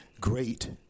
great